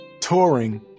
Touring